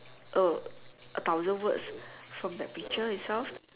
a thousand words from the picture itself